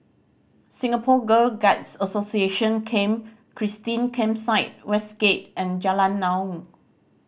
Singapore Girl Guides Association Camp Christine Campsite Westgate and Jalan Naung